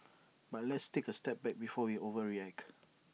but let's take A step back before we overreact